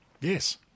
Yes